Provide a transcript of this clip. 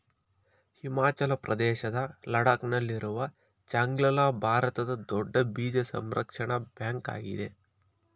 ಹಿಮಾಚಲ ಪ್ರದೇಶದ ಲಡಾಕ್ ನಲ್ಲಿರುವ ಚಾಂಗ್ಲ ಲಾ ಭಾರತದ ದೊಡ್ಡ ಬೀಜ ಸಂರಕ್ಷಣಾ ಬ್ಯಾಂಕ್ ಆಗಿದೆ